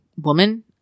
woman